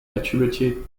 attributed